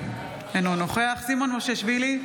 אינו נוכח סימון מושיאשוילי,